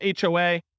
HOA